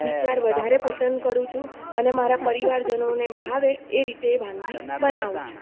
વિચાર વધારે પસંદ કરું છું અને મારા પરિવારજનોને ભાવે એ રીતે વાનગી બનાવું છું